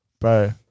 Bro